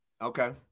Okay